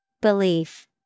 Belief